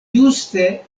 ĝuste